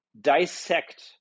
dissect